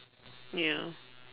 ya